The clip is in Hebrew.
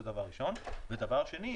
דבר שני,